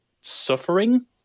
suffering